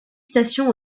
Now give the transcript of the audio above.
stations